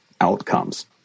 outcomes